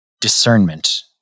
discernment